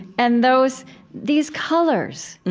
and those these colors,